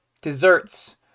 Desserts